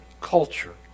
culture